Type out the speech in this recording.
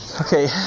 Okay